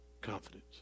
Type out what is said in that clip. Confidence